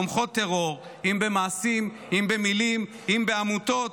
תומכות טרור, אם במעשים, אם במילים, אם בעמותות,